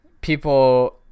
People